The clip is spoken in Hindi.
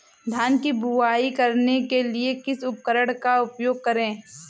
धान की बुवाई करने के लिए किस उपकरण का उपयोग करें?